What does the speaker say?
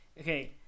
okay